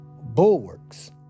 bulwarks